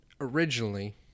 originally